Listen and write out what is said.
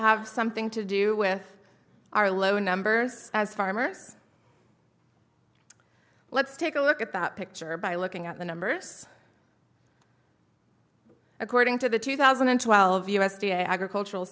have something to do with our low numbers as farmers let's take a look at that picture by looking at the numbers according to the two thousand and twelve u s d a agricultural